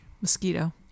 mosquito